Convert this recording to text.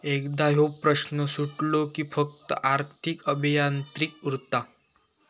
एकदा ह्यो प्रश्न सुटलो कि फक्त आर्थिक अभियांत्रिकी उरता